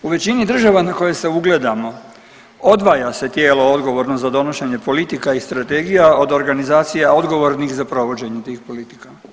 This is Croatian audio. U veći država na koje se ugledamo odvaja se tijelo odgovorno za donošenje politika i strategija od organizacija odgovornih za provođenje tih politika.